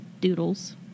doodles